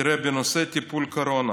תראה, בנושא הטיפול בקורונה